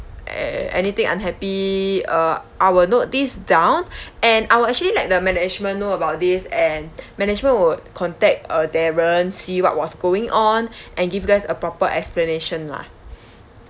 and anything unhappy uh I will note these down and I will actually let the management know about this and management would contact uh darren see what was going on and give you guys a proper explanation lah